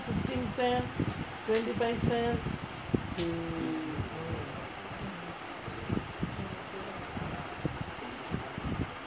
mm